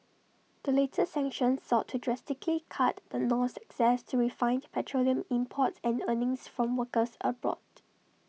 the latest sanctions sought to drastically cut the North's access to refined petroleum imports and earnings from workers abroad